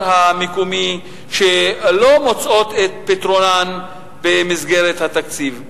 המקומי שלא מוצאות את פתרונן במסגרת התקציב.